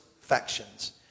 factions